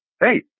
hey